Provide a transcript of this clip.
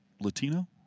Latino